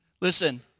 listen